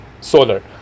solar